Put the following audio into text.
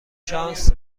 شانس